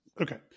okay